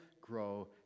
grow